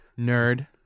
Nerd